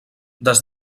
des